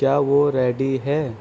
کیا وہ ریڈی ہے